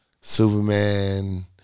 Superman